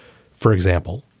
for example.